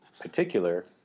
particular